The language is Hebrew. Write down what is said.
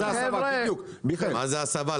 מה זה הסבה?